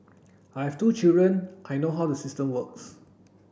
I have two children I know how the system works